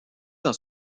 dans